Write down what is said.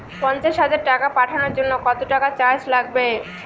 পণ্চাশ হাজার টাকা পাঠানোর জন্য কত টাকা চার্জ লাগবে?